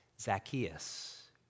Zacchaeus